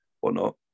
whatnot